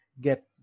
get